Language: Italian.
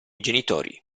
genitori